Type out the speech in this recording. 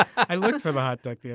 i looked for my doctor you.